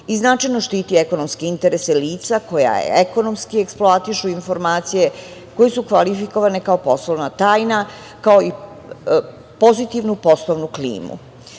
i značajno štiti ekonomske interese lica koja ekonomski eksploatišu informacije koje su kvalifikovane kao poslovna tajna, kao i pozitivnu poslovnu